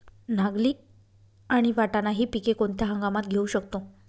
नागली आणि वाटाणा हि पिके कोणत्या हंगामात घेऊ शकतो?